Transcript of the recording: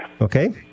Okay